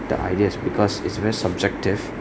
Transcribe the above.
the ideas because it's very subjective